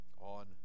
on